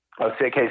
Okay